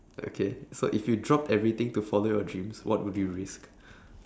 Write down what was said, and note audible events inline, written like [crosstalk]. okay so if you dropped everything to follow your dreams what would you risk [breath]